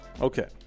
Okay